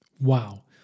Wow